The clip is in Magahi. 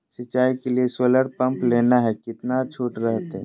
सिंचाई के लिए सोलर पंप लेना है कितना छुट रहतैय?